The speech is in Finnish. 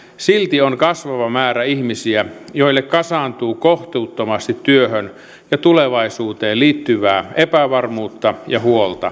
silti on kasvava määrä ihmisiä joille kasaantuu kohtuuttomasti työhön ja tulevaisuuteen liittyvää epävarmuutta ja